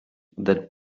that